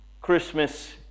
Christmas